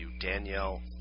Danielle